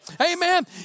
Amen